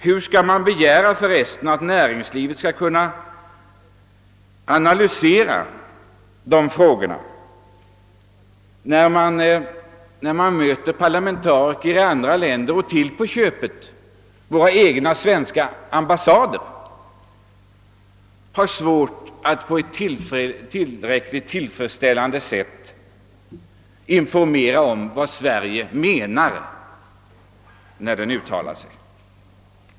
Hur skall man förresten kunna begära att näringslivet skall kunna analysera dessa frågor när våra parlamen tariker och t.o.m. våra ambassader har svårt att på ett tillfredsställande sätt i utlandet informera om vad Sverige menar.